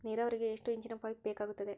ನೇರಾವರಿಗೆ ಎಷ್ಟು ಇಂಚಿನ ಪೈಪ್ ಬೇಕಾಗುತ್ತದೆ?